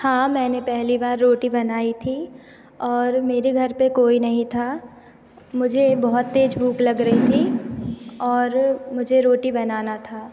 हाँ मैंने पहली बार रोटी बनाई थी और मेरे घर पर कोई नहीं था मुझे बहुत तेज़ भूख लग रही थी और मुझे रोटी बनाना था